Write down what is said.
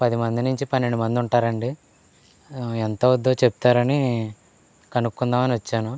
పది మంది నుంచి పన్నెండు మంది ఉంటారండి ఎంతవుతుందో చెప్తారని కనుకుందాం అని వచ్చాను